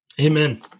Amen